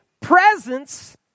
presence